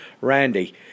Randy